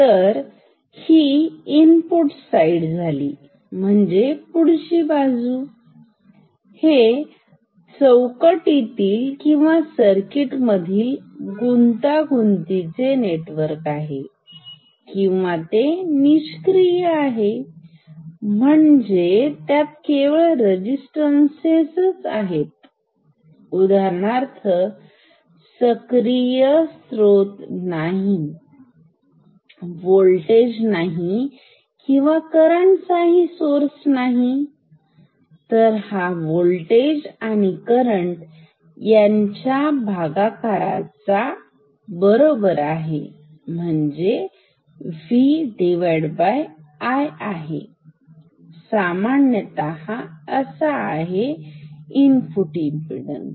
तर ही input side म्हणजे पुढची बाजू आहे हे चौकटीतील किंवा सर्किट मधील गुंतागुंतीचे नेटवर्क आहे किंवा ते निष्क्रिय आहे म्हणजेच त्यात केवळ रजिस्टनसेस रोध आहेत उदाहरणार्थ सक्रिय स्त्रोत नाही व्होल्टेज स्त्रोत नाही कोणताही करंट स्त्रोत नाही तर हा व्होल्टेज आणि करंट यांच्या भागाकाराच्या VI बरोबर आहे सामान्यतअसा आहे इनपुट इमपीडन्स